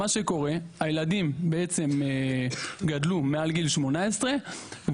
מה שקורה זה שהילדים גדלו מעל גיל 18 וההורים,